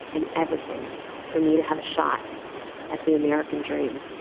and everything for me to have a shot at the american dream.